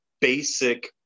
basic